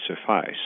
suffice